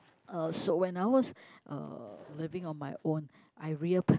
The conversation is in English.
uh so when I was uh living on my own I